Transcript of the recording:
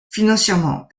financièrement